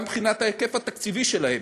גם מבחינת ההיקף התקציבי שלהם,